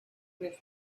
with